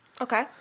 Okay